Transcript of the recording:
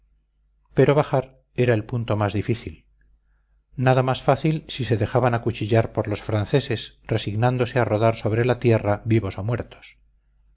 pero bajar era el punto más difícil nada más fácil si se dejaban acuchillar por los franceses resignándose a rodar sobre la tierra vivos o muertos